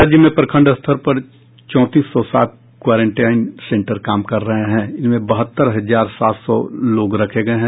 राज्य में प्रखंड स्तर पर चौंतीस सौ सात क्वारेंटीन सेंटर काम कर रहे हैं जिसमें बहत्तर हजार सात सौ लोग रखे गये हैं